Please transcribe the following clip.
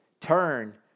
turn